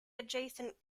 adjacent